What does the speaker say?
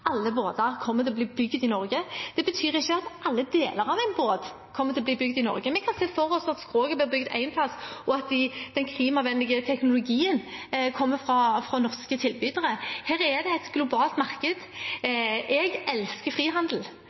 båter kommer til å bli bygd i Norge. Det betyr ikke at alle deler av en båt kommer til å bli bygd i Norge. Vi kan se for oss at skroget blir bygd én plass, og at den klimavennlige teknologien kommer fra norske tilbydere. Her er det et globalt marked. Jeg elsker frihandel.